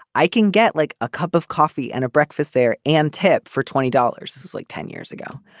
i can get like a cup of coffee and a breakfast there and tip for twenty dollars. it was like ten years ago.